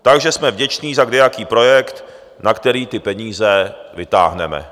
Takže jsme vděční za kdejaký projekt, na který ty peníze vytáhneme.